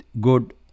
good